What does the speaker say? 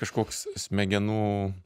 kažkoks smegenų